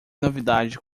novidade